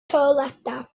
toiledau